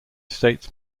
states